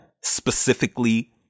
Specifically